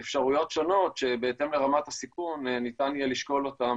אפשרויות שונות שבהתאם לרמת הסיכון ניתן יהיה לשקול אותן